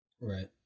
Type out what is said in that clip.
Right